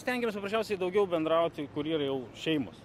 stengiamės paprasčiausiai daugiau bendrauti kur yra jau šeimos